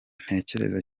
ntekereza